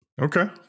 Okay